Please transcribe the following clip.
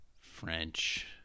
French